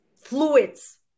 fluids